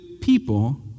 people